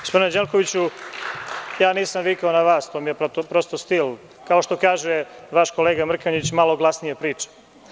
Gospodine Anđelkoviću, nisam vikao na vas to mi je prosto stil, kao što kaže vaš kolega Mrkonjić – malo glasnije pričam.